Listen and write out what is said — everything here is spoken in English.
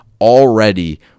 already